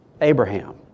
Abraham